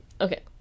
Okay